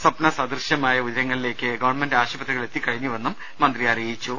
സ്ഥപ്ന സദൃശ്യമായ ഉയരങ്ങളിലേക്ക് ഗവൺമെൻറ് ആശുപത്രികൾ എത്തിക്കഴിഞ്ഞുവെന്നും മന്ത്രി പറഞ്ഞു